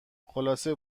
خلاصه